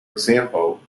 example